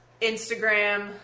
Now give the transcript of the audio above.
Instagram